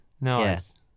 Nice